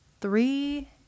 three